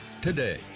today